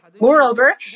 Moreover